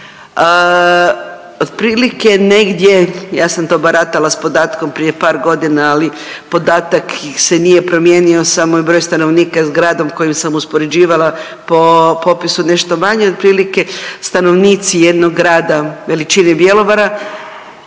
otprilike negdje ja sam to baratala s podatkom prije par godina, ali podatak se nije promijenio samo je broj stanovnika s gradom kojim sam uspoređivala po popisu nešto manje otprilike, stanovnici jednog grada veličine Bjelovara